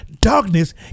darkness